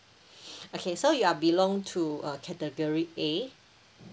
okay so you are belong to uh category A